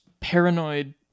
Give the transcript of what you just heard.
paranoid